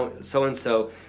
So-and-so